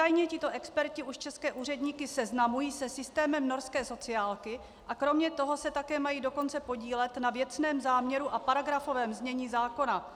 Údajně tito experti už české úředníky seznamují se systémem norské sociálky, a kromě toho se také mají dokonce podílet na věcném záměru a paragrafovém znění zákona.